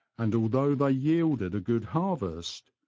and although they yielded a good harvest,